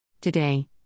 Today